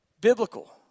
biblical